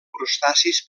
crustacis